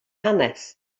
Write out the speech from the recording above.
hanes